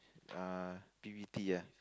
err P_P_T ah